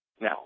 now